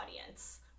audience